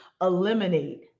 eliminate